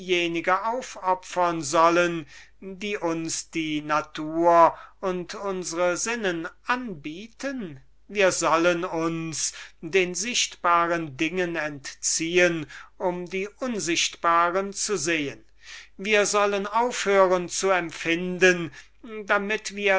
aufopfern sollen die uns die natur und unsre sinnen anbieten wir sollen uns den sichtbaren dingen entziehen um die unsichtbaren zu sehen wir sollen aufhören zu empfinden damit wir